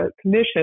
commission